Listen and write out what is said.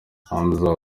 hamza